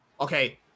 Okay